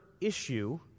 issue